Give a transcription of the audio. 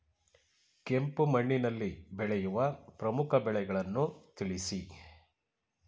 ಕೆಂಪು ಮಣ್ಣಿನಲ್ಲಿ ಬೆಳೆಯುವ ಪ್ರಮುಖ ಬೆಳೆಗಳನ್ನು ತಿಳಿಸಿ?